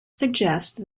suggest